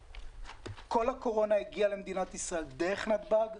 וכל הקורונה הגיעה למדינת ישראל דרך נתב"ג,